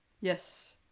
Yes